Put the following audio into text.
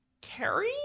Carrie